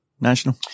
National